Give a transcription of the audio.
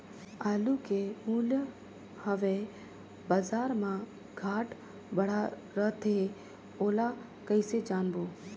आलू के मूल्य हवे बजार मा घाट बढ़ा रथे ओला कइसे जानबो?